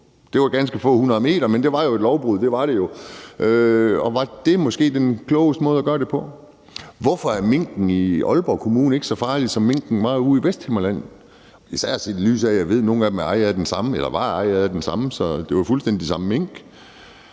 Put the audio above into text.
Det var ganske få hundrede meter, men det var jo et lovbrud; det var det jo. Og var det måske den klogeste måde at gøre det på? Hvorfor er minkene i Aalborg Kommune ikke så farlige, som minkene var ude i Vesthimmerland – især set i lyset af at jeg ved, at nogle af dem var ejet af den samme, så det var fuldstændig samme mink?